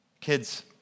Kids